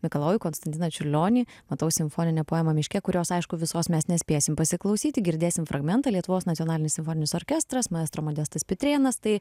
mikalojų konstantiną čiurlionį matau simfoninę poemą miške kurios aišku visos mes nespėsim pasiklausyti girdėsim fragmentą lietuvos nacionalinis simfoninis orkestras maestro modestas pitrėnas tai